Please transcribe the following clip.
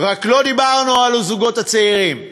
רק לא דיברנו על הזוגות הצעירים.